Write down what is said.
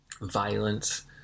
violence